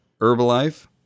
Herbalife